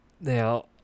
Now